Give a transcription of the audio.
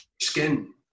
skin